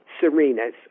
Serena's